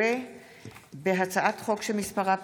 הצעת חוק חינוך